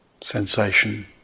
sensation